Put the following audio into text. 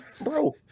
bro